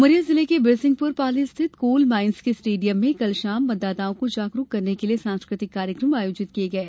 उमरिया जिले के बिरसिंहपुर पाली स्थित कोल माइंस के स्टेडियम में कल शाम मतदाताओं को जागरूक करने के लिए सांस्कृतिक कार्यक्रम आयोजित किये गये